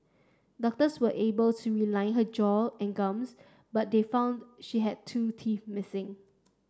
doctors were able to realign her jaw and gums but they found she had two teeth missing